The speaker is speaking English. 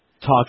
Talk